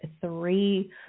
three